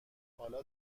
حالا